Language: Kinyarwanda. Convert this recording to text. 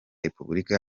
repubulika